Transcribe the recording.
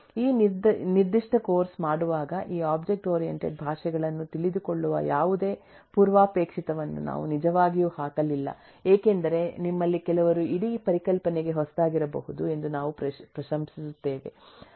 ಈ ನಿರ್ದಿಷ್ಟ ಕೋರ್ಸ್ ಮಾಡುವಾಗ ಈ ಒಬ್ಜೆಕ್ಟ್ ಓರಿಯಂಟೆಡ್ ಭಾಷೆಗಳನ್ನು ತಿಳಿದುಕೊಳ್ಳುವ ಯಾವುದೇ ಪೂರ್ವಾಪೇಕ್ಷಿತವನ್ನು ನಾವು ನಿಜವಾಗಿಯೂ ಹಾಕಲಿಲ್ಲ ಏಕೆಂದರೆ ನಿಮ್ಮಲ್ಲಿ ಕೆಲವರು ಇಡೀ ಪರಿಕಲ್ಪನೆಗೆ ಹೊಸದಾಗಿರಬಹುದು ಎಂದು ನಾವು ಪ್ರಶಂಸಿಸುತ್ತೇವೆ